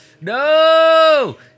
no